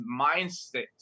mindset